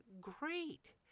great